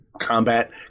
combat